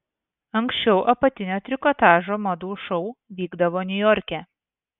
anksčiau apatinio trikotažo madų šou vykdavo niujorke